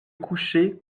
coucher